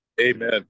Amen